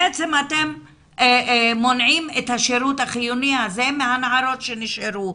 בעצם אתם מונעים את השירות החיוני הזה מהנערות שנשארו.